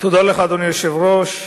אדוני היושב-ראש,